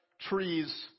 trees